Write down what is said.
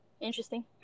Interesting